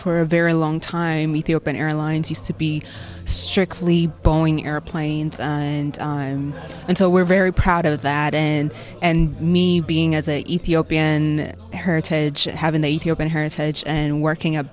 for a very long time ethiopian airlines used to be strictly boeing airplanes and and so we're very proud of that and and me being as a ethiopian her to have an eighty open heritage and working at